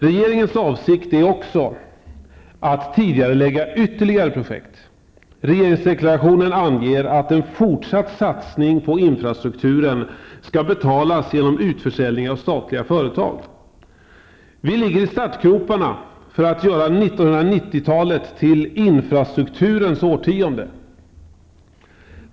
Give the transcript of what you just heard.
Regeringens avsikt är också att tidigarelägga ytterligare projekt. I regeringsdeklarationen anges att en fortsatt satsning på infrastrukturen skall betalas genom utförsäljning av statliga företag. Vi ligger i startgroparna för att göra 1990-talet till infrastrukturens årtionde.